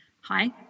Hi